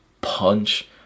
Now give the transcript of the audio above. punch